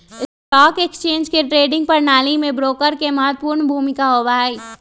stock exchange के trading प्रणाली में ब्रोकर के महत्वपूर्ण भूमिका होबा हई